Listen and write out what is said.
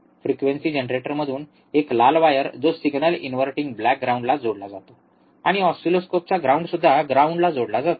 frequency जनरेटरमधून मधून एक लाल वायर जो सिग्नल इनव्हर्टिंग ब्लॅक ग्राउंडला जोडला जातो आणि ऑसिलोस्कोपचा ग्राउंडसुद्धा ग्राउंडला जोडला जातो